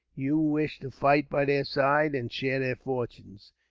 you wish to fight by their side, and share their fortunes.